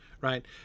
right